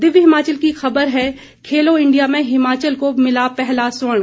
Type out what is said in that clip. दिव्य हिमाचल की खबर है खेलो इंडिया में हिमाचल को मिला पहला स्वर्ण